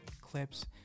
clips